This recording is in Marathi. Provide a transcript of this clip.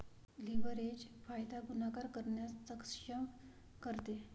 लीव्हरेज फायदा गुणाकार करण्यास सक्षम करते